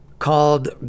called